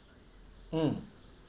mm